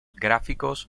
gráficos